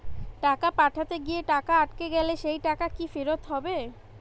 টাকা পাঠাতে গিয়ে টাকা আটকে গেলে সেই টাকা কি ফেরত হবে?